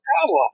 problem